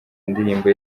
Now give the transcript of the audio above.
indirimbo